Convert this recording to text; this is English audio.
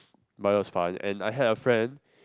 but it was fun and I had a friend